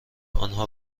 آنها